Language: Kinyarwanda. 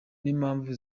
n’impamvu